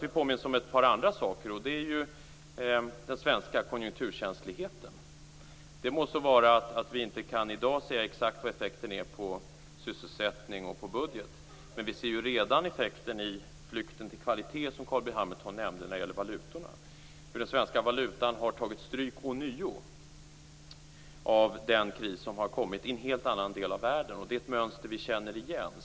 Vi påminns här också om något annat, nämligen den svenska konjunkturkänsligheten. Det må så vara att vi i dag inte kan säga exakt vilken effekten blir på sysselsättning och budget, men vi ser redan effekten i form av flykten till kvalitet, som Carl B Hamilton nämnde, när det gäller valutorna. Den svenska valutan har ånyo tagit stryk av den kris som har kommit i en helt annan del av världen. Det är ett mönster vi känner igen.